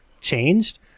changed